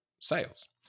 sales